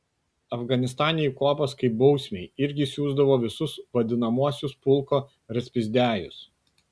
afganistane į kuopas kaip bausmei irgi siųsdavo visus vadinamuosius pulko raspizdiajus